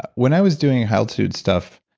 when i was doing high altitude stuff,